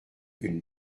une